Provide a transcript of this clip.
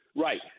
Right